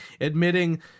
admitting